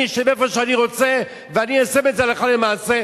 אני אשב איפה שאני רוצה ואני איישם את זה הלכה למעשה,